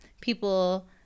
people